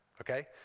Okay